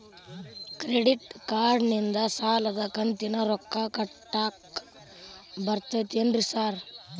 Credit ಕಾರ್ಡನಿಂದ ಸಾಲದ ಕಂತಿನ ರೊಕ್ಕಾ ಕಟ್ಟಾಕ್ ಬರ್ತಾದೇನ್ರಿ ಸಾರ್?